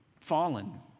fallen